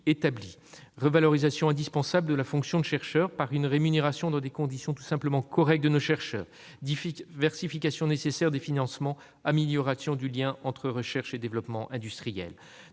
revalorisation indispensable de la fonction de chercheur par une rémunération tout simplement correcte, diversification nécessaire des financements, amélioration du lien entre recherche et développement industriel.